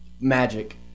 Magic